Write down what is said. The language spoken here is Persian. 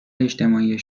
اجتماعی